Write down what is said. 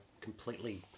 completely